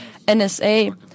NSA